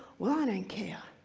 well, i don't and care.